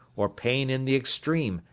or pain in the extreme,